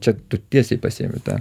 čia tu tiesiai pasiimi tą